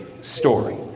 story